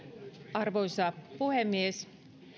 arvoisa puhemies